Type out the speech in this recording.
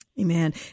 Amen